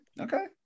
okay